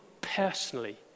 personally